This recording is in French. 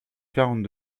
quarante